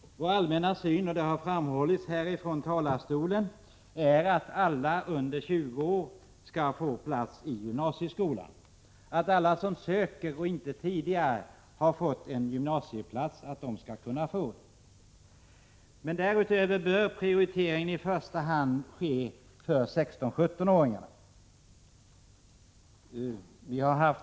Vår allmänna syn är, som det har framhållits här ifrån talarstolen, att alla under 20 år skall få plats i gymnasieskolan. Alla som söker och inte tidigare har fått en gymnasieplats skall kunna få det. Men därutöver bör prioriteringen i första hand gälla 16-17-åringarna.